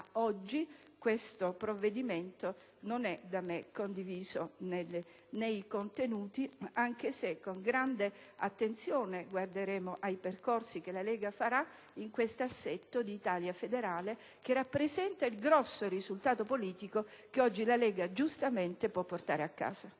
però questo provvedimento non è da me condiviso nei contenuti, anche se con grande attenzione guarderemo ai percorsi che la Lega seguirà nell'assetto di un'Italia federale, che rappresenta il grosso risultato politico che quel partito giustamente può portare a casa.